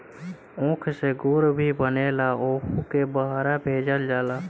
ऊख से गुड़ भी बनेला ओहुके बहरा भेजल जाला